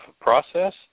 process